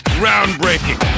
groundbreaking